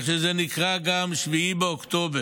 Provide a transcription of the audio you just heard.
שזה נקרא גם 7 באוקטובר,